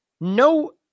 no